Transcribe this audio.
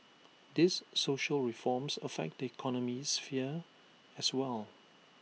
these social reforms affect the economic sphere as well